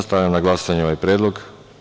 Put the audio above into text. Stavljam na glasanje ovaj predlog.